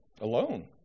alone